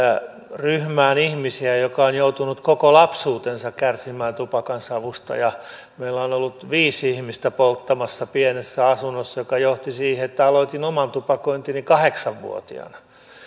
ryhmään ihmisiä joka on joutunut koko lapsuutensa kärsimään tupakansavusta meillä on ollut viisi ihmistä polttamassa pienessä asunnossa mikä johti siihen että aloitin oman tupakointini kahdeksan vuotiaana